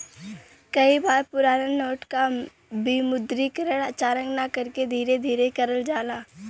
कई बार पुराना नोट क विमुद्रीकरण अचानक न करके धीरे धीरे करल जाला